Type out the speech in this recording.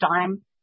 time